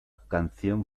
canción